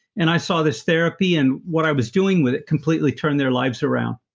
and i saw this therapy, and what i was doing with it completely turned their lives around,